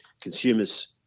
consumers